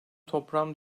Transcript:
toplam